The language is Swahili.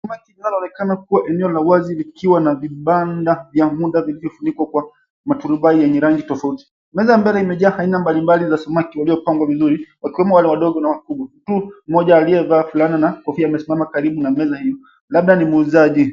Linaloonekana kuwa eneo la wazi likiwa na vibanda ya muda vilivyofunikwa kwa maturubai yenye rangi tofauti. Meza mbele imejaa aina mbalimbali za samaki waliopangwa vizuri, wakiwemo wale wadogo na wakubwa. Mtu mmoja aliyevaa fulana na kofia amesimama karibu na meza hiyo. Labda ni muuzaji.